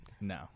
No